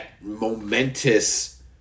momentous